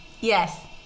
Yes